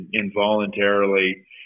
involuntarily